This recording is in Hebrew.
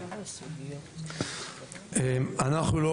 אנחנו,